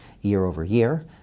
Year-over-year